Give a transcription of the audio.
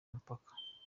umupaka